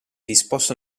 disposta